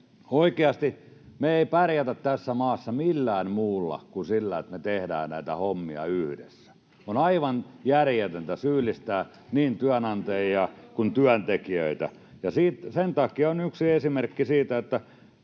Oikeasti me ei pärjätä tässä maassa millään muulla kuin sillä, että me tehdään näitä hommia yhdessä. On aivan järjetöntä syyllistää niin työnantajia kuin työntekijöitä, ja siitä yksi esimerkki on, että